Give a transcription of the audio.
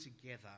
together